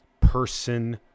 person